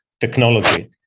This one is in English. technology